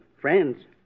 Friends